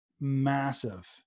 massive